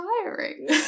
tiring